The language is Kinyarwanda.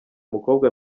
mukobwa